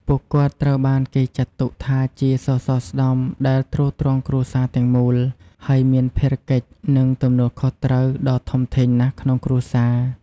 ពួកគាត់ត្រូវបានគេចាត់ទុកថាជា សសរស្តម្ភ ដែលទ្រទ្រង់គ្រួសារទាំងមូល ហើយមានភារកិច្ច និងទំនួលខុសត្រូវដ៏ធំធេងណាស់ក្នុងគ្រួសារ។